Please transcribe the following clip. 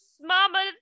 Mama